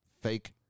fake